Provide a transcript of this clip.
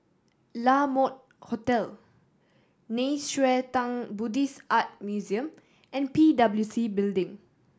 La Mode Hotel Nei Xue Tang Buddhist Art Museum and P W C Building